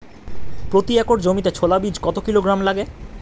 প্রতি একর জমিতে ছোলা বীজ কত কিলোগ্রাম লাগে?